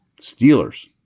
Steelers